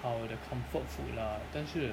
ah 我的 comfort food lah 但是